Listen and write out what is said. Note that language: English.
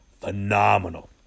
Phenomenal